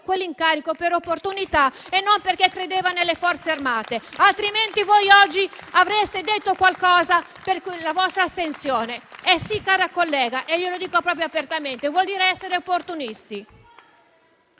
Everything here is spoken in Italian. quell'incarico per opportunità e non perché credeva nelle Forze armate. Altrimenti, voi oggi avreste detto qualcosa. Per cui la vostra astensione, lo dico proprio apertamente, equivale ad essere opportunisti.